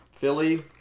Philly